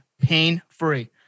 pain-free